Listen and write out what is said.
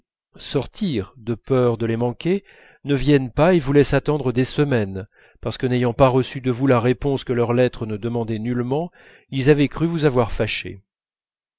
sortir de peur de les manquer ne viennent pas et vous laissent attendre des semaines parce que n'ayant pas reçu de vous la réponse que leur lettre ne demandait nullement ils avaient cru vous avoir fâché